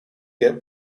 get